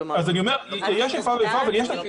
יש איפה ואיפה.